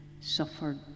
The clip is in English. suffered